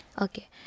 Okay